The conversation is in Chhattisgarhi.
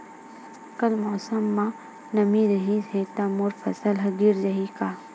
कल मौसम म नमी रहिस हे त मोर फसल ह गिर जाही का?